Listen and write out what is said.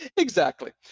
exactly.